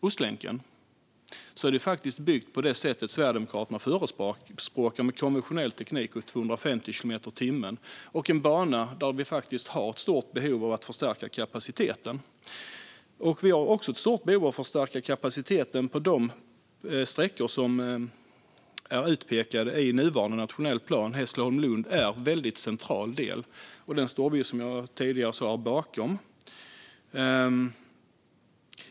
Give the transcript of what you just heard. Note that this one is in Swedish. Ostlänken är faktiskt byggd på det sätt som Sverigedemokraterna förespråkade, med konventionell teknik och för 250 kilometer i timmen. Det är en bana där det finns stort behov av att förstärka kapaciteten. Det finns också stort behov av att förstärka kapaciteten på de sträckor som är utpekade i den nuvarande nationella planen. Hässleholm-Lund är en väldigt central del, och den står vi sverigedemokrater som sagt bakom.